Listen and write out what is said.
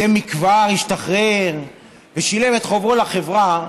זה מכבר השתחרר ושילם את חובו לחברה,